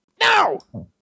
No